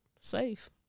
safe